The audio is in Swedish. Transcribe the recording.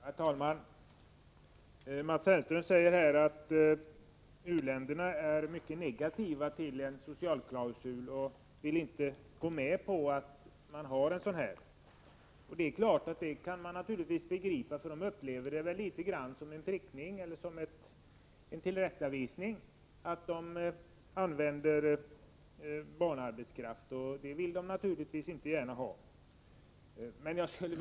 Herr talman! Mats Hellström säger här att u-länderna är mycket negativa till en socialklausul och inte vill gå med på införande av en sådan. Det kan man också förstå. De upplever väl ett sådant krav som en prickning eller som en tillrättavisning för att de använder barnarbetskraft, och det är naturligtvis något som de inte gärna vill få.